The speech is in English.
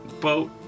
boat